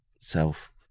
self